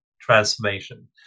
transformation